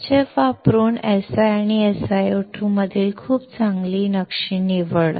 HF वापरून Si आणि SiO2 मधील खूप चांगली नक्षी निवड